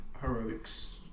heroic's